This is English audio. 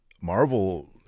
Marvel